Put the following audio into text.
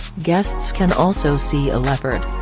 guests can also see a leopard.